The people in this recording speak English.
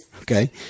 Okay